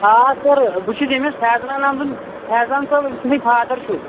آ سر بہٕ چھُس أمِس فیضان احمدُن فیضان صٲب أمۍ سُنٛدُے فادر چھُس